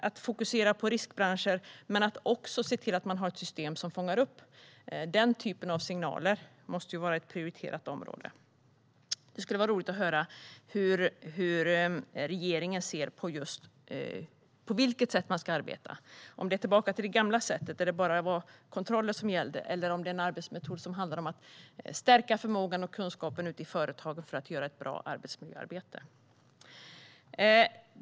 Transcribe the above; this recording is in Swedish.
Att fokusera på riskbranscher men också se till att man har ett system som fångar upp den typen av signaler måste vara ett prioriterat område, kan jag säga utifrån mitt perspektiv. Det skulle vara roligt att höra hur regeringen ser på detta. På vilket sätt ska man arbeta? Ska man tillbaka till det gamla sättet, där det bara var kontroller som gällde, eller vill man tillämpa den arbetsmetod som handlar om att stärka förmågan och kunskapen ute i företagen för att göra ett bra arbetsmiljöarbete?